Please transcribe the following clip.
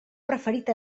preferit